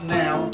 now